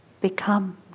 become